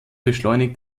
beschleunigt